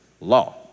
law